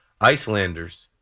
Icelanders